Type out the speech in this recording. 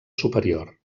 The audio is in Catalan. superior